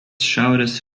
šiaurės